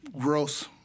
gross